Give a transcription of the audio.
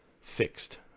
fixed